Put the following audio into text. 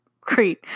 great